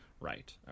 Right